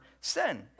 sin